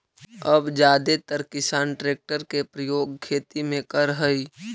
अब जादेतर किसान ट्रेक्टर के प्रयोग खेती में करऽ हई